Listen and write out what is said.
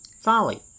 folly